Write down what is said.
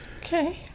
Okay